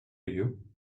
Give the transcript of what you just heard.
you